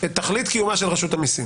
את תכלית קיומה של רשות המסים